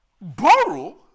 borrow